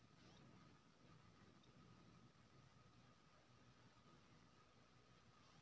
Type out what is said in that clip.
इलाइचीं उपजेबाक लेल पंद्रह सय सँ दु हजार मिलीमीटर बरखा सलियाना चाही